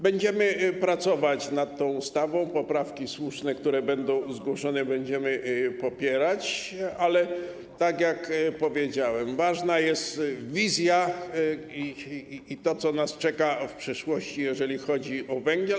Będziemy pracować nad tą ustawą, a słuszne poprawki, które zostaną zgłoszone, będziemy popierać, ale, tak jak powiedziałem, ważna jest wizja tego, co nas czeka w przyszłości, jeżeli chodzi o węgiel.